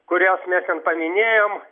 kuriuos mes ten paminėjom